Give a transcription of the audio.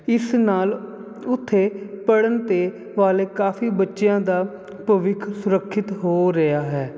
ਇਸ ਨਾਲ ਉੱਥੇ ਪੜਨ ਤੇ ਵਾਲੇ ਕਾਫੀ ਬੱਚਿਆਂ ਦਾ ਭਵਿੱਖ ਸੁਰੱਖਿਅਤ ਹੋ ਰਿਹਾ ਹੈ